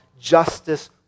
justice